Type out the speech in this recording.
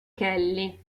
kelly